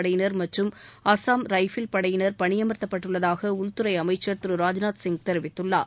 படையினர் மற்றும் அசாம் ரைபிள் படையினர் பணியமர்த்தப்பட்டுள்ளதாக உள்துறை அமைச்சர் திரு ராஜ்நூத் சிங் தெரிவித்துள்ளார்